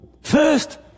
First